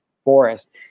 forest